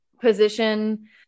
position